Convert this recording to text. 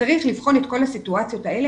צריך לבחון את כל הסיטואציות האלה,